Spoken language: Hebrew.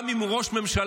גם אם הוא ראש ממשלה.